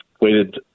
waited